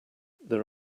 there